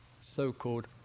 so-called